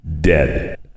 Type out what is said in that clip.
dead